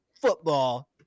football